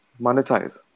monetize